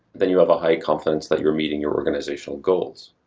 then you have a high confidence that you're meeting your organizational goals.